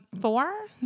four